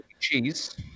cheese